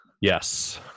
Yes